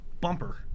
bumper